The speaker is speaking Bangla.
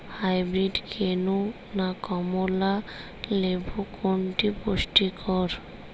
হাইব্রীড কেনু না কমলা লেবু কোনটি বেশি পুষ্টিকর?